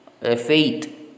faith